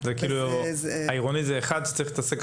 זה לא אותו דבר.